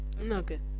Okay